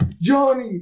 Johnny